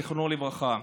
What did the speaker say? זיכרונו לברכה.